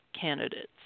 candidates